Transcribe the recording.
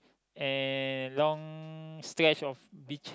and long stretch of beach